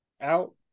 out